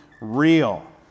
real